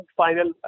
final